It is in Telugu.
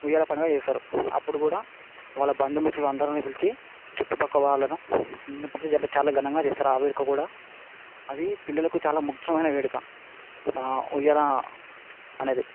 ఉయ్యాల పండుగ చేస్తారు అప్పుడు కూడా వాళ్ళ బంధు మిత్రులందరిని పిలిచి చుట్టూ ప్రక్కల వాళ్ళను అందరిని పిలిచి చాలా ఘనంగా చేస్తారు ఆ వేడుక కూడా అది పిల్లలకు చాలా ముఖ్యమైన వేడుక ఉయ్యాల అనేది